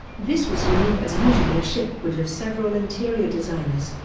this was unique as usually a ship would have several interior designers.